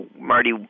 Marty